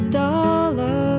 dollar